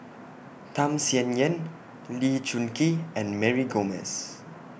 Tham Sien Yen Lee Choon Kee and Mary Gomes